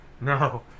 no